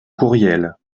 courriel